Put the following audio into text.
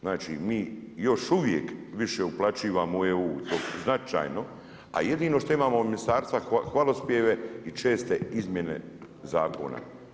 Znači mi još uvijek više uplaćivamo u EU značajno, a jedino što imamo od ministarstva hvalospjeve i česte izmjene zakona.